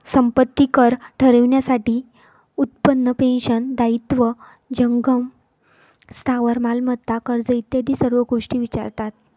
संपत्ती कर ठरवण्यासाठी उत्पन्न, पेन्शन, दायित्व, जंगम स्थावर मालमत्ता, कर्ज इत्यादी सर्व गोष्टी विचारतात